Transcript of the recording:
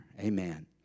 Amen